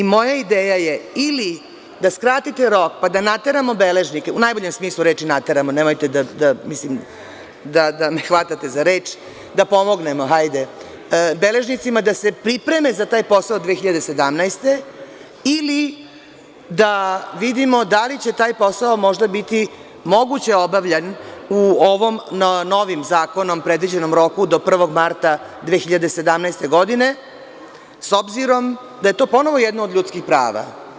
Moja ideja je ili, da skratite rok pa da nateramo beležnike, u najboljem smislu reči, da nateramo, nemojte da me hvatate za reč, da pomognemo beležnicima da se pripreme za taj posao 2017. godine ili da vidimo da li će taj posao možda biti moguće obavljen u ovom, novim zakonom predviđenim rokom do 1. marta 2017. godine, s obzirom da je to ponovo jedno od ljudskih prava.